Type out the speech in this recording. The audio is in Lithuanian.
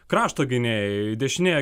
krašto gynėjai dešinėje